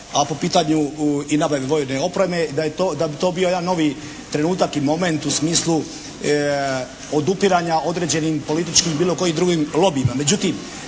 a po pitanju i nabave vojne opreme da bi to bio jedan novi trenutak i moment u smislu odupiranja određenim političkim, bilo kojim drugim lobijima.